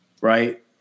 Right